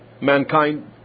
mankind